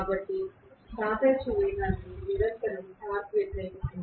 కాబట్టి సాపేక్ష వేగాన్ని నిరంతరం టార్క్ వ్యతిరేకిస్తోంది